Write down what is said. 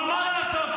אבל מה לעשות,